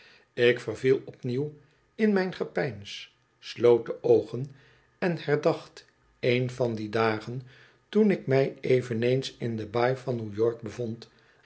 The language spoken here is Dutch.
ik verviel opnieuw in mijn gepeins sloot de oogen en herdacht een van die dagen toen ik mij eveneens in de baai van new york bevond